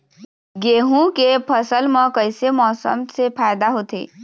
गेहूं के फसल म कइसे मौसम से फायदा होथे?